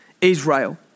Israel